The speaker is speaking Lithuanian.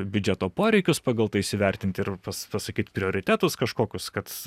biudžeto poreikius pagal tai įsivertinti ir pa pasakyt prioritetus kažkokius kad